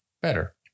better